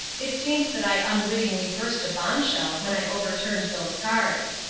it seems that i unwittingly burst a bombshell when i overturned those cards.